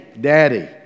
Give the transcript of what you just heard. Daddy